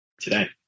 today